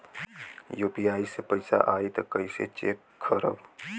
UPI से पैसा आई त कइसे चेक खरब?